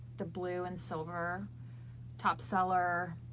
the blue and silver top seller.